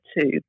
two